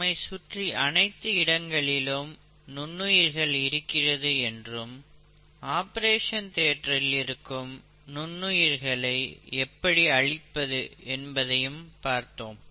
நம்மை சுற்றி அனைத்து இடங்களிலும் நுண்ணுயிர்களை இருக்கிறது என்றும் ஆபரேஷன் தியேட்டரில் இருக்கும் நுண்ணுயிர்களை எப்படி அழிப்பது என்பதையும் பார்த்தோம்